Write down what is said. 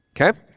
Okay